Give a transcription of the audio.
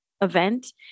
event